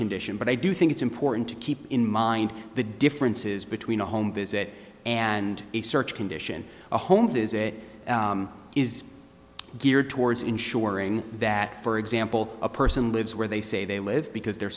condition but i do think it's important to keep in mind the differences between a home visit and a search condition a home visit is geared towards ensuring that for example a person lives where they say they live because they're